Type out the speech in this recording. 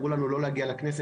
אמרו לנו לא להגיע לכנסת.